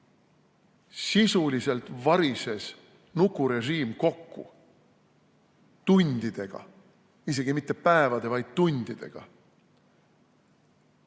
Sisuliselt varises nukurežiim kokku tundidega, isegi mitte päevade, vaid tundidega.